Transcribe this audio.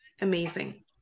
Amazing